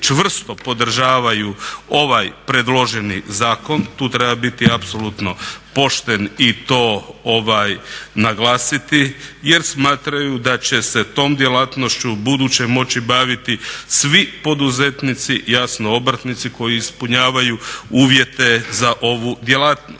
čvrsto podržavaju ovaj predloženi zakon, tu treba biti apsolutno pošten i to naglasiti, jer smatraju da će se tom djelatnošću ubuduće moći baviti svi poduzetnici, jasno obrtnici koji ispunjavaju uvjete za ovu djelatnost.